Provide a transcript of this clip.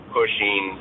pushing